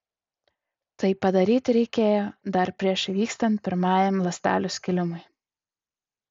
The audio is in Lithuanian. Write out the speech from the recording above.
tai padaryti reikėjo dar prieš įvykstant pirmajam ląstelių skilimui